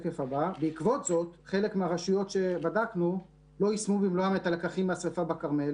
בעקבות זאת חלק מהרשויות שבדקנו לא יישמו במלואם את הלקחים מהשרפה בכרמל